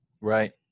Right